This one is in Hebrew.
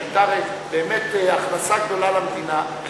שהייתה באמת הכנסה גדולה למדינה,